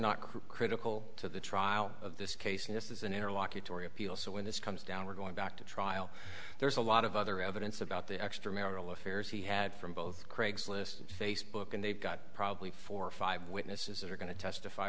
not critical to the trial of this case and this is an interlocutory appeal so when this comes down we're going back to trial there's a lot of other evidence about the extramarital affairs he had from both craigslist and facebook and they've got probably four or five witnesses that are going to testify